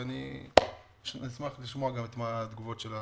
ואני אשמח לשמוע גם את תגובות המשרדים.